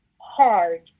hard